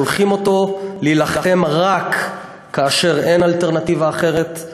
שולחים אותו להילחם רק כאשר אין אלטרנטיבה אחרת,